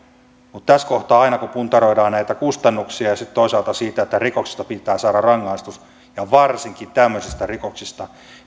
tässä kohtaa aina kun puntaroidaan näitä kustannuksia ja sitten toisaalta sitä että rikoksesta pitää saada rangaistus ja varsinkin tämmöisistä rikoksista